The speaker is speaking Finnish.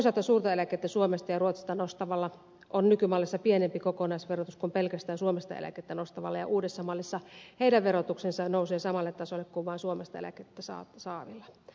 toisaalta suurta eläkettä suomesta ja ruotsista nostavalla on nykymallissa pienempi kokonaisverotus kuin pelkästään suomesta eläkettä nostavalla ja uudessa mallissa heidän verotuksensa nousee samalle tasolle kuin vain suomesta eläkettä saavilla